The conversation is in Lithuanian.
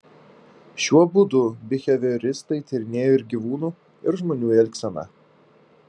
šiuo būdu bihevioristai tyrinėjo ir gyvūnų ir žmonių elgseną